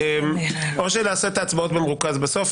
או שנעשה את ההצבעות במרוכז בסוף?